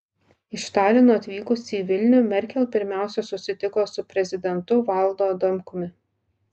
iš talino atvykusi į vilnių merkel pirmiausia susitiko su prezidentu valdu adamkumi